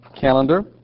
calendar